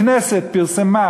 הכנסת פרסמה